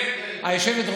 כן, כן.